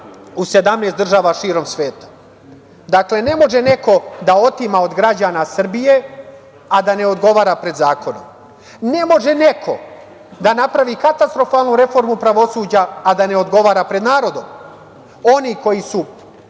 u 17 država širom sveta. Dakle, ne može neko da otima od građana Srbije, a da ne odgovara pred zakonom. Ne može neko da napravi katastrofalnu reformu pravosuđa, a da ne odgovara pred narodom. Oni koji su